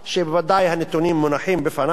שוודאי הנתונים מונחים לפניו.